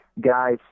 guys